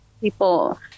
people